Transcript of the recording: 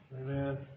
Amen